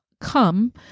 come